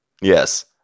Yes